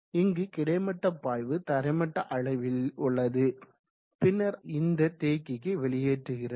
இங்கு கிடைமட்ட பாய்வு தரைமட்ட அளவில் உள்ளது பின்னர் இந்த தேக்கிக்கு வெளியேற்றுகிறது